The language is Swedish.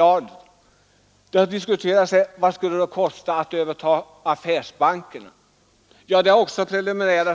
Man har också diskuterat vad det skulle kosta för staten att överta affärsbankerna. Även här är siffrorna preliminära.